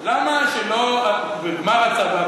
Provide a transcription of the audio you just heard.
בגמר הצבא,